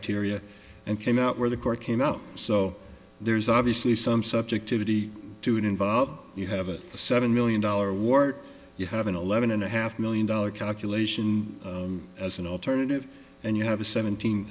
criteria and came out where the court came out so there's obviously some subjectivity to it involved you have a seven million dollar wart you have an eleven and a half million dollar calculation as an alternative and you have a seventeen